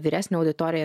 vyresnė auditorija